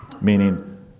meaning